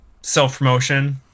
Self-promotion